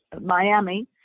Miami